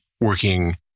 working